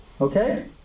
Okay